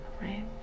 right